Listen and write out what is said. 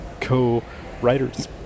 co-writers